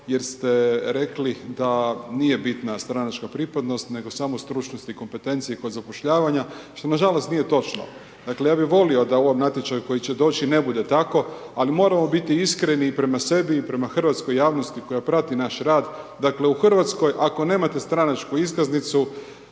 jer ste rekli da nije bitna stranačka pripadnost nego samo stručnost i kompetencije kod zapošljavanja što nažalost nije točno. Dakle, ja bi volio da u ovom natječaju koji će doći ne bude tako, ali moramo biti iskreni i prema sebi i prema hrvatskoj javnosti koja prati naš rad, dakle u Hrvatskoj ako nemate stranačku iskaznicu